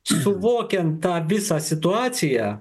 suvokiant tą visą situaciją